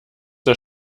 das